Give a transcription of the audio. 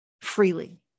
freely